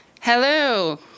Hello